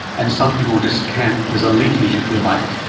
and some people just can't, there's a leakage, if you like,